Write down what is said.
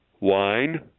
Wine